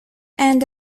and